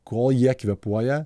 kol jie kvėpuoja